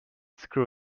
screw